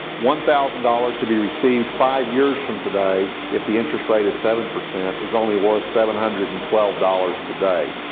one thousand dollars to be received five years from today, if the interest rate is seven, is only worth seven hundred and twelve dollars today.